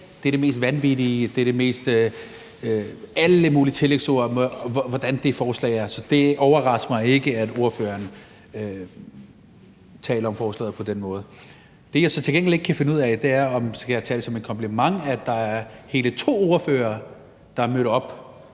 dag, er det mest vanvittige – og alle mulige andre tillægsord om, hvordan det forslag er. Det overrasker mig ikke, at ordføreren taler om forslaget på den måde. Det, som jeg så til gengæld ikke kan finde ud af, er, om jeg skal tage det som et kompliment, at der er hele to ordførere fra Dansk